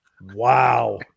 wow